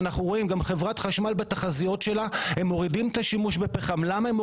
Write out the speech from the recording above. ואנחנו רואים גם את חברת חשמל בתחזיות שלה מורידים את השימוש בפחם,